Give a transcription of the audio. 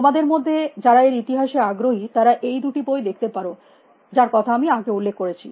তোমাদের মধ্যে যারা এর ইতিহাসে আগ্রহী তারা এই দুটি বই দেখতে পারো যার কথা আমি আগে উল্লেখ করেছি